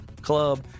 club